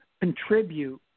contribute